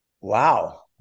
Wow